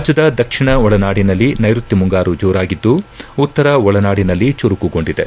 ರಾಜ್ಯದ ದಕ್ಷಿಣ ಒಳನಾಡಿನಲ್ಲಿ ನೈಋತ್ಯ ಮುಂಗಾರು ಜೋರಾಗಿದ್ದು ಉತ್ತರ ಒಳನಾಡಿನಲ್ಲಿ ಚುರುಕುಗೊಂಡಿದೆ